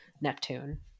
Neptune